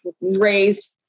raised